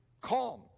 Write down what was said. calm